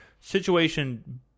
Situation